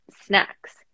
snacks